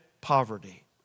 poverty